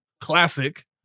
classic